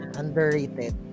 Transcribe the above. underrated